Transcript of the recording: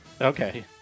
Okay